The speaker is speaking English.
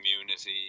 community